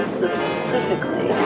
Specifically